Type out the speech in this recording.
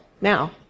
now